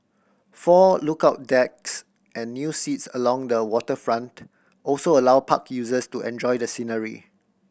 four lookout decks and new seats along the waterfront also allow park users to enjoy the scenery